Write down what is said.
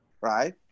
Right